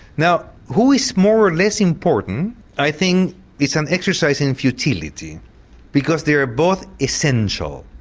now who is more or less important i think it's an exercise in futility because they are both essential.